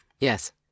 yes